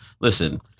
listen